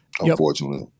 unfortunately